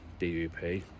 DUP